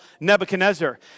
Nebuchadnezzar